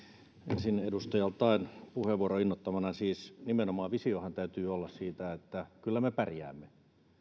ensin edustaja al taeen puheenvuoron innoittamana siis nimenomaan visiohan täytyy olla siitä että kyllä me pärjäämme